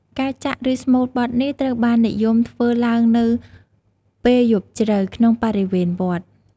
ការចាក់ ឬស្មូតបទនេះត្រូវបាននិយមធ្វើឡើងនៅ ពេលយប់ជ្រៅ ក្នុងបរិវេណវត្ត។